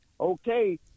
Okay